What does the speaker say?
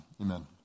Amen